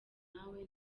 nawe